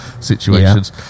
situations